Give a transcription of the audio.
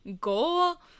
goal